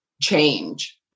change